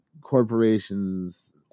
corporations